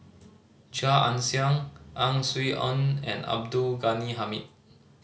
Chia Ann Siang Ang Swee Aun and Abdul Ghani Hamid